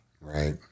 Right